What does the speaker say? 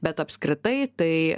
bet apskritai tai